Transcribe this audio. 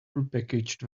prepackaged